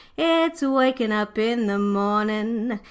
it's wakin' up in the mawnin'.